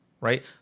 right